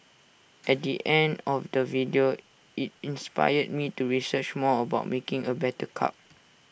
at the end of the video IT inspired me to research more about making A better cup